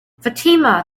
fatima